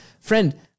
friend